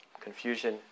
confusion